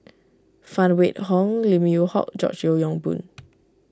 Phan Wait Hong Lim Yew Hock George Yeo Yong Boon